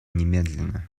немедленно